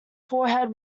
forehead